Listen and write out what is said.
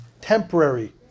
temporary